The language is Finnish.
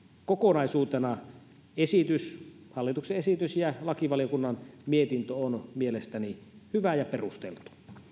kokonaisuutena hallituksen esitys ja lakivaliokunnan mietintö on mielestäni hyvä ja perusteltu